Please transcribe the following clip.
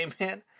Amen